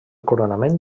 coronament